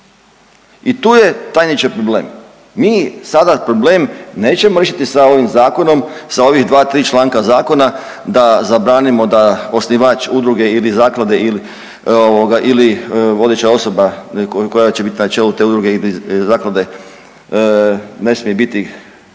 i tu je tajniče problem. Mi sada problem nećemo riješiti sa ovim zakonom, sa ovih 2-3 članka zakona da zabranimo da osnivač udruge ili zaklade ili ovoga ili vodeća osoba koja će bit na čelu te udruge ili zaklade ne smije biti